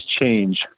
change